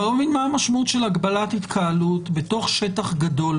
אני לא מבין מה המשמעות של הגבלת התקהלות בתוך שטח גדול.